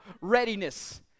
readiness